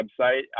website